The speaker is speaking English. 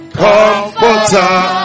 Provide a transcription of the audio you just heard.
comforter